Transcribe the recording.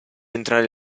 entrare